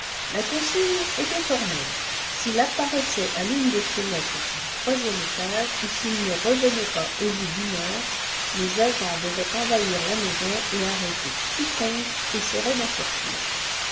la consigne était formelle s'il apparaissait à l'une des fenêtres du troisième étage ou s'il ne revenait pas au bout d'une heure les agents devaient envahir la maison et arrêter quiconque essaierait d'en sortir